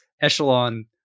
echelon